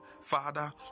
Father